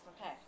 okay